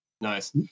nice